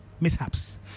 mishaps